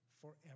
forever